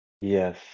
Yes